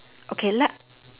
okay let